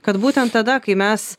kad būtent tada kai mes